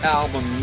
album